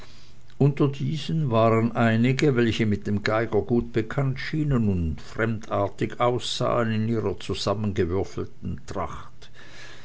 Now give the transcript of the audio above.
unter diesen waren einige welche mit dem geiger gut bekannt schienen und fremdartig aussahen in ihrer zusammengewürfelten tracht